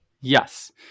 Yes